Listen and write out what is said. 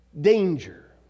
danger